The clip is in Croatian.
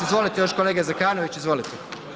Izvolite još kolega Zekanović, izvolite.